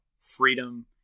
freedom